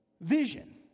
vision